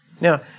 Now